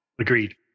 Agreed